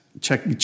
check